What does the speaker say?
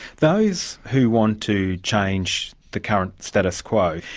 those who want to change the current status quo,